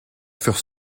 furent